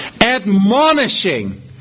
admonishing